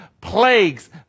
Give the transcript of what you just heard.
plagues